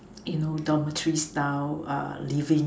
you know dormitory style uh living